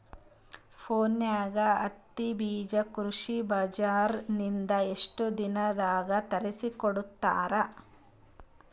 ಫೋನ್ಯಾಗ ಹತ್ತಿ ಬೀಜಾ ಕೃಷಿ ಬಜಾರ ನಿಂದ ಎಷ್ಟ ದಿನದಾಗ ತರಸಿಕೋಡತಾರ?